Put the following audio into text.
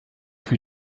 für